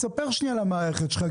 תספר על המערכת שלך.